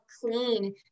clean